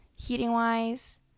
heating-wise